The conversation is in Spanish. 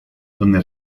donde